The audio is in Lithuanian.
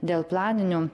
dėl planinių